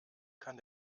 kann